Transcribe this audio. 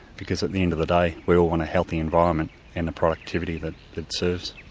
because at the end of the day we all want a healthy environment and the productivity that it serves.